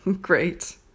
Great